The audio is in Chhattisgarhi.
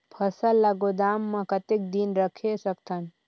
फसल ला गोदाम मां कतेक दिन रखे सकथन?